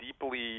deeply